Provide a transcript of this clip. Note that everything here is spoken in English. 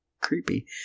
creepy